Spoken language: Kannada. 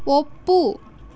ಒಪ್ಪು